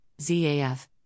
ZAF